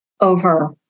over